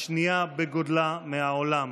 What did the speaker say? הייתה השנייה בגודלה מהעולם.